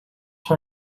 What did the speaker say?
her